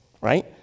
Right